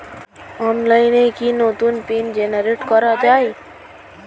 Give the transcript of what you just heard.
অনলাইনে কি নতুন পিন জেনারেট করা যায়?